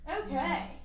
Okay